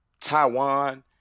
Taiwan